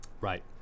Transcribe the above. right